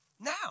now